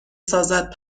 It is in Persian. سازد